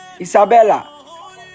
Isabella